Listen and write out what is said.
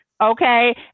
okay